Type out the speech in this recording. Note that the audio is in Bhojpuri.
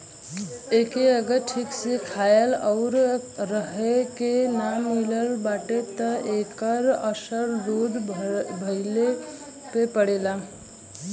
एके अगर ठीक से खाए आउर रहे के ना मिलत बाटे त एकर असर दूध भइले पे पड़ेला